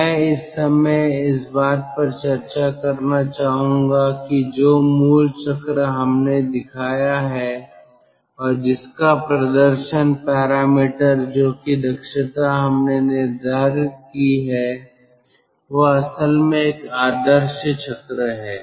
मैं इस समय इस बात पर चर्चा करना चाहूंगा कि जो मूल चक्र हमने दिखाया है और जिसका प्रदर्शन पैरामीटर जो कि दक्षता हमने निर्धारित की है वह असल में एक आदर्श चक्र है